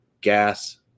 gas